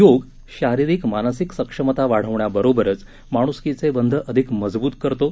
योग शारीरिक मानसिक सक्षमता वाढवण्याबरोबरच माणूसकीचे बंध अधिक मजबूत करतो